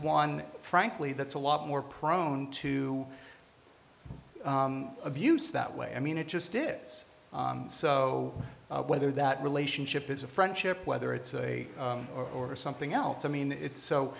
one frankly that's a lot more prone to abuse that way i mean it just it so whether that relationship is a friendship whether it's a or something else i mean it's so